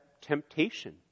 temptation